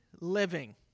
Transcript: living